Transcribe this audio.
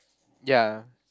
ya